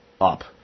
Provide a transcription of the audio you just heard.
up